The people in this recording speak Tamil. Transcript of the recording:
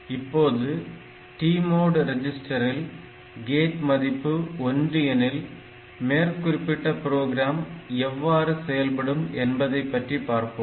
இப்போது T mode ரிஜிஸ்டரில் கேட் மதிப்பு 1 எனில் மேற்குறிப்பிட்ட ப்ரோக்ராம் எவ்வாறு செயல்படும் என்பதை பற்றி பார்ப்போம்